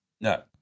No